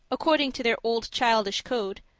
according to their old childish code,